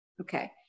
Okay